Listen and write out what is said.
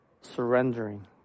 surrendering